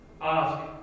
Ask